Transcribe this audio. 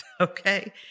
Okay